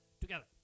together